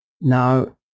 Now